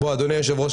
אדוני היושב-ראש,